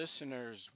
listeners